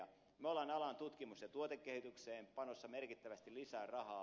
me olemme alan tutkimus ja tuotekehitykseen panemassa merkittävästi lisää rahaa